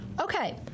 Okay